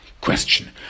question